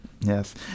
Yes